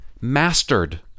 mastered